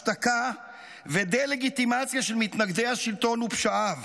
השתקה ודה-לגיטימציה של מתנגדי השלטון ופשעיו